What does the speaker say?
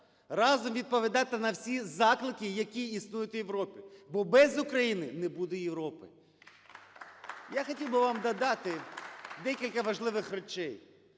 разом відповідати на всі заклики, які існують в Європі, бо без України не буде Європи. Я хотів би вам додати декілька важливих речей.